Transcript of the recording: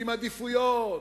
עם עדיפויות: